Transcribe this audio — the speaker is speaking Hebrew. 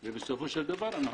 ובסופו של דבר אנחנו